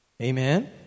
Amen